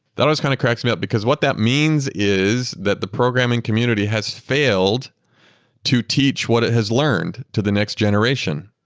that always kind of cracks me up, because what that means is that the programming community has failed to teach what it has learned to the next generation.